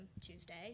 Tuesday